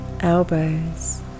elbows